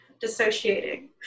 dissociating